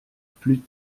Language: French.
plus